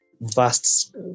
vast